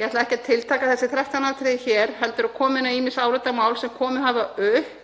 Ég ætla ekki að tiltaka þessi 13 atriði hér heldur koma inn á ýmis álitamál sem komið hafa upp,